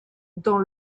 dans